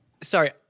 sorry